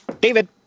David